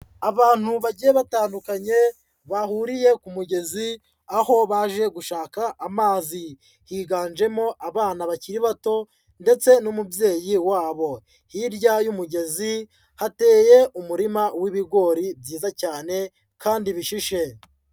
Abantu bagiye batandukanye, bahuriye ku mugezi, aho baje gushaka amazi, higanjemo abana bakiri bato ndetse n'umubyeyi wabo. Hirya y'umugezi, hateye umurima w'ibigori byiza cyane kandi bishishe.